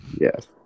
Yes